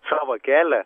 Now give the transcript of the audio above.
savo kelią